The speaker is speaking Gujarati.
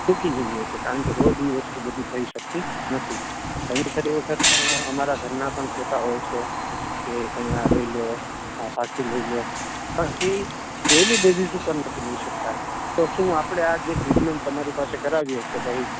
ચૂકી જઈએ છે કારણ કે રોજ એ બધી વસ્તુ થઈ શકતી નથી ઘણી બધી વખત અમારા ઘરનાં પણ કહેતા હોય છે કે તમે આ લઈ લો આ ફાકી લઈ લો પણ એ ડેઇલી બેસિસ પર નથી લઇ શકતા તો શું આપણે આ જે ટ્રીટમેંટ તમારી પાસે કરાવીએ કે ભાઈ